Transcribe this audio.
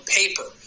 paper